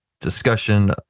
discussion